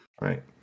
right